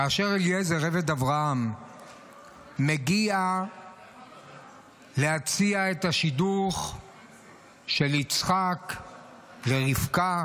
כאשר אליעזר עבד אברהם מגיע להציע את השידוך של יצחק ורבקה,